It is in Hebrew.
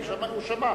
הוא שמע.